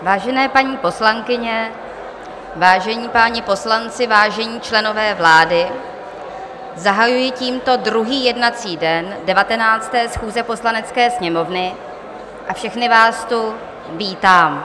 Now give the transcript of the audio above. Vážené paní poslankyně, vážení páni poslanci, vážení členové vlády, zahajuji tímto druhý jednací den 19. schůze Poslanecké sněmovny a všechny vás tu vítám.